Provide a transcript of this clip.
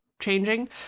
changing